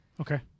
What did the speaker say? Okay